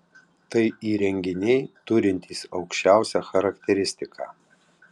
tai įrenginiai turintys aukščiausią charakteristiką